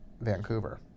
Vancouver